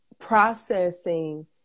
processing